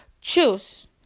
choose